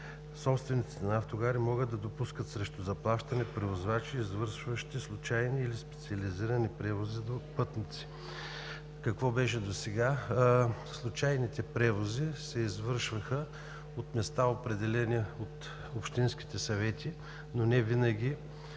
„Собствениците на автогари могат да допускат срещу заплащане превозвачи, които извършват случайни или специализирани превози на пътници.“ Какво беше досега? Случайните превози се извършваха от места, определени от общинските съвети, но невинаги